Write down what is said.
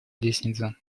лестнице